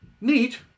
neat